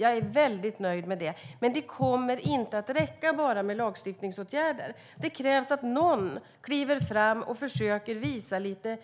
Jag är mycket nöjd med det. Men lagstiftningsåtgärder kommer inte att räcka. Det krävs att någon kliver fram och försöker visa lite